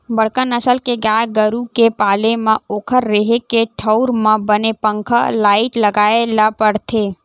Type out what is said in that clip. बड़का नसल के गाय गरू के पाले म ओखर रेहे के ठउर म बने पंखा, लाईट लगाए ल परथे